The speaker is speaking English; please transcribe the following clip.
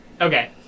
Okay